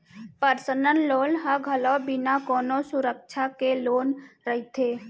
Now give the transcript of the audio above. personal loan ह घलोक बिना कोनो सुरक्छा के लोन रहिथे